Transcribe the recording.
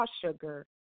sugar